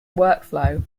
workflow